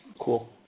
Cool